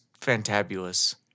Fantabulous